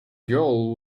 girl